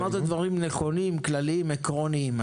אמרת דברים בעיני, נכונים, כלליים, עקרוניים.